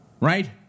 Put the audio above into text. Right